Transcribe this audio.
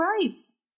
rights